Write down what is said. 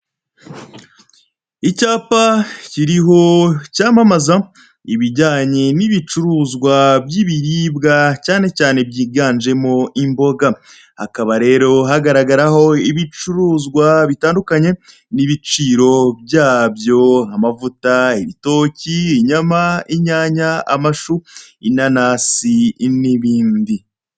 Icyapa kiriho cyamamaza ibijyanye n'ibicuruzwa by'ibiribwa cyane cyane byiganjemo imboga, hakaba rero hagaragaraho ibicuruzwa bitandukanye n'ibiciro byabyo amavuta, ibitoki, inyama, inyanya, amashu, inanasi n'ibindi.